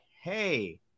hey